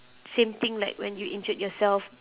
same thing like when you injured yourself